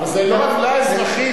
אבל זה לא עוולה אזרחית,